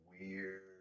weird